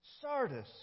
Sardis